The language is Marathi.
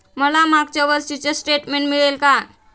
मला मागच्या वर्षीचे स्टेटमेंट मिळेल का?